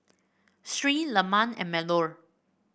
Sri Leman and Melur